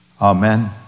Amen